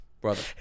Brother